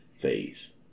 phase